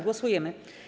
Głosujemy.